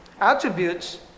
attributes